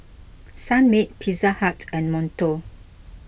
Sunmaid Pizza Hut and Monto